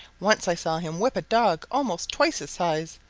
once i saw him whip a dog almost twice his size.